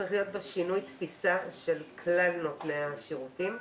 אני חושבת שצריך להיות שינוי תפיסה של כלל נותני השירותים,